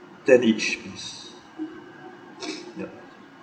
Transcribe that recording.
ten each please yup